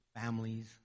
families